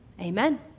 Amen